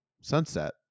sunset